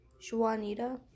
Juanita